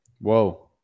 Whoa